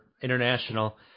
international